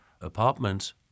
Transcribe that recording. apartments